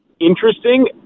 interesting